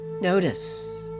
Notice